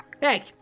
Hey